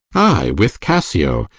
ay, with cassio.